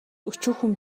өчүүхэн